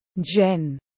Jen